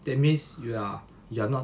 that means you are you're not